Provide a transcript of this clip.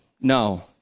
No